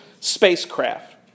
spacecraft